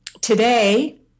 today